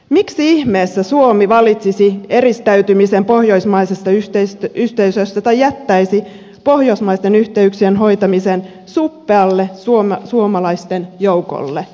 miksi ihmeessä suomi valitsisi eristäytymisen pohjoismaisesta yhteisöstä tai jättäisi pohjoismaisten yhteyksien hoitamisen suppealle suomalaisten joukolle